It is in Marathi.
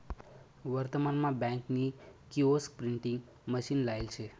वर्तमान मा बँक नी किओस्क प्रिंटिंग मशीन लायेल शे